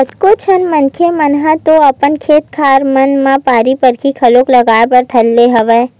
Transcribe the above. कतको झन मनखे मन ह तो अपन खेत खार मन म बाड़ी बखरी घलो लगाए बर धर ले हवय